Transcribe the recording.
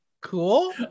cool